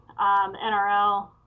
NRL